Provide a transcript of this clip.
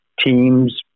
teams